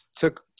took